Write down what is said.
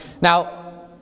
Now